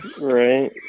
Right